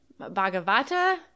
Bhagavata